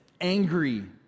angry